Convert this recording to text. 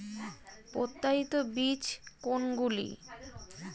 প্রত্যায়িত বীজ কোনগুলি?